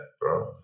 bro